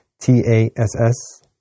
TASS